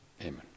Amen